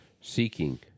seeking